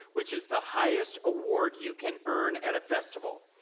which is the highest award you can earn at a festival.